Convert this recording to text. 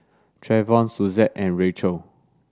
Treyvon Suzette and Racheal